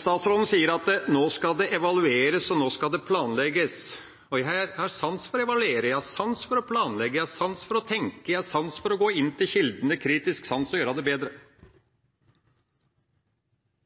Statsråden sier at det nå skal evalueres og planlegges. Jeg har sans for å evaluere, planlegge, tenke og å gå til kilden med kritisk sans og gjøre det bedre.